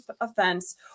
offense